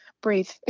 breathe